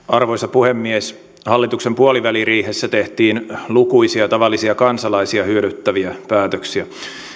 arvoisa puhemies hallituksen puoliväliriihessä tehtiin lukuisia tavallisia kansalaisia hyödyttäviä päätöksiä